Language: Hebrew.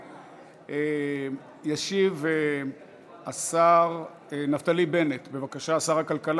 אם יש פגיעה בזכויות עובדים, אז כמובן נשארת זכות